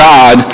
God